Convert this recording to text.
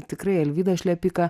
tikrai alvydą šlepiką